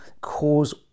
cause